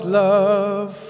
love